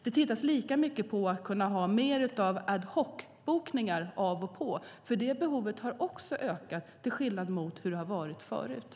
Det tittas lika mycket på mer av ad-hoc-bokningar av och på, för det behovet har också ökat jämfört med hur det har varit tidigare.